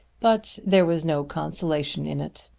but there was no consolation in it.